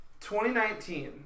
2019